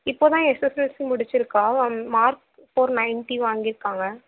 இப்போ தான் எஸ்எஸ்எல்சி முடிச்சியிருக்கா மார்க் ஃபோர் நைண்ட்டி வாங்கியிருக்காங்க